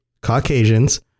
Caucasians